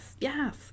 yes